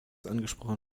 angesprochen